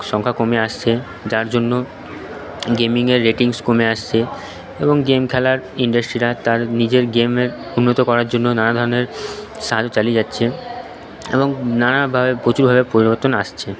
সংখ্যা কমে আসছে যার জন্য গেমিংয়ের রেটিংস কমে আসছে এবং গেম খেলার ইন্ডাস্ট্রিটা আর তার নিজের গেমের উন্নত করার জন্য নানা ধরনের সাহায্য চালিয়ে যাচ্ছে এবং নানাভাবে প্রচুরভাবে পরিবর্তন আসছে